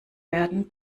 werden